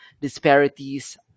disparities